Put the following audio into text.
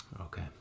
Okay